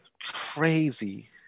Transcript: crazy